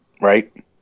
Right